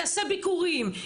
ייעשה ביקורים,